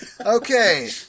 Okay